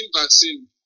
vaccine